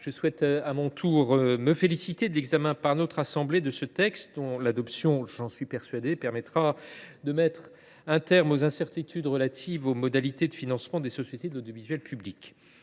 je souhaite à mon tour me féliciter de l’examen par la Haute Assemblée de ce texte, dont l’adoption, j’en suis persuadé, permettra de mettre un terme aux incertitudes relatives aux modalités de financement des sociétés de l’audiovisuel public.